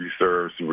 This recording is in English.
Reserve's